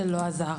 זה לא עזר.